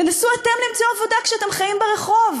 תנסו אתם למצוא עבודה כשאתם חיים ברחוב.